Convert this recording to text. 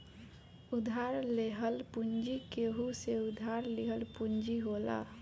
उधार लेहल पूंजी केहू से उधार लिहल पूंजी होला